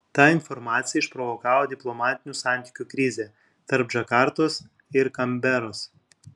ta informacija išprovokavo diplomatinių santykių krizę tarp džakartos ir kanberos